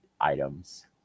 items